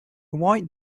white